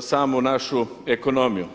samu našu ekonomiju.